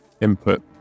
input